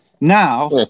Now